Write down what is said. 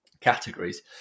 categories